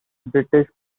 british